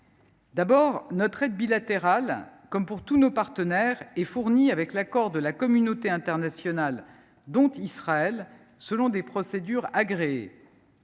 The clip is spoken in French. D’abord, notre aide bilatérale, comme pour tous nos partenaires, est fournie avec l’accord de la communauté internationale, dont Israël, selon des procédures agréées.